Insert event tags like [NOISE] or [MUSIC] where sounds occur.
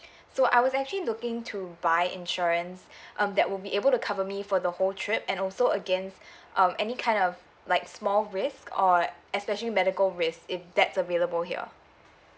so I was actually looking to buy insurance [BREATH] um that will be able to cover me for the whole trip and also against [BREATH] um any kind of like small risk or especially medical risk if that's available here